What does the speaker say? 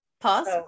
Pause